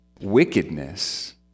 wickedness